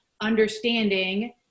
understanding